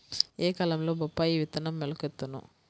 ఏ కాలంలో బొప్పాయి విత్తనం మొలకెత్తును?